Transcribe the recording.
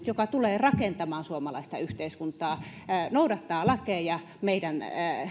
joka tulee rakentamaan suomalaista yhteiskuntaa noudattaa lakeja meidän